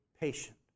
patient